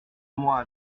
moi